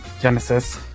Genesis